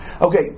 Okay